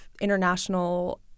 international